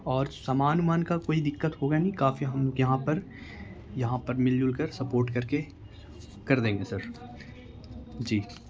اور سامان ومان کا کوئی دقت ہوگا نہیں کافی ہم یہاں پر یہاں پر مل جل کر سپورٹ کر کے کر دیں گے سر جی